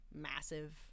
massive